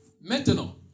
Maintenant